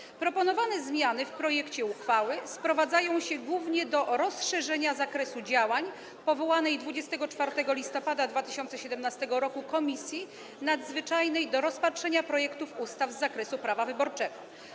Zmiany zaproponowane w projekcie uchwały sprowadzają się głównie do rozszerzenia zakresu działań powołanej 24 listopada 2017 r. Komisji Nadzwyczajnej do rozpatrzenia projektów ustaw z zakresu prawa wyborczego.